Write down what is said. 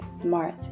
smart